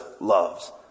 loves